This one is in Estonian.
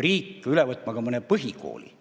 riik üle võtma ka mõne põhikooli.